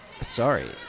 Sorry